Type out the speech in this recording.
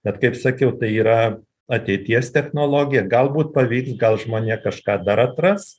bet kaip sakiau tai yra ateities technologija galbūt pavyks gal žmonija kažką dar atras